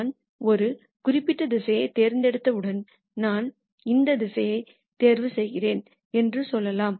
நான் ஒரு குறிப்பிட்ட திசையைத் தேர்ந்தெடுத்தவுடன் நான் இந்த திசையைத் தேர்வு செய்கிறேன் என்று சொல்லலாம்